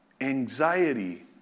Anxiety